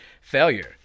Failure